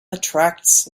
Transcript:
attracts